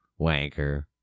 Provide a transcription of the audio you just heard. Wanker